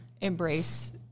embrace